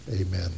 amen